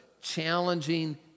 challenging